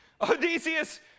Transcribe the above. Odysseus